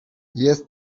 jest